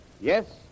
Yes